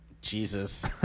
Jesus